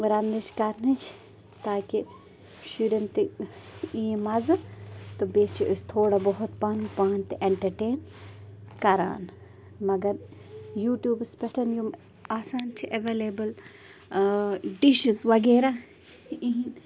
رَنٛنٕچۍ کرنٕچۍ تاکہِ شُریَن تہِ یی مَزٕ تہٕ بیٚیہِ چھِ أسۍ تھوڑا بہت پَنٛنُن پان تہِ اٮ۪نٹَرٹین کران مگر یوٹیوٗبَس پٮ۪ٹھ یِم آسان چھِ اٮ۪ویلیبُل ڈِششٕز وغیرہ یِہٕنٛدۍ